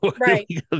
Right